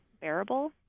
bearable